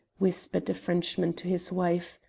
whispered a frenchman to his wife.